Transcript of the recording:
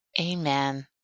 Amen